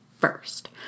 first